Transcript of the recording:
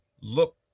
look